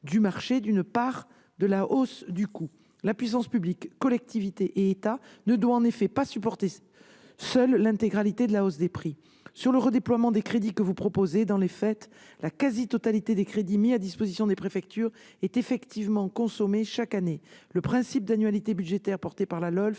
du marché d'une part de la hausse du coût. En effet, la puissance publique- collectivités et État -ne doit pas supporter seule l'intégralité de la hausse des prix. En ce qui concerne le redéploiement des crédits que vous proposez, dans les faits, la quasi-totalité des crédits mis à disposition des préfectures est effectivement consommée chaque année. Le principe d'annualité budgétaire prévu par la loi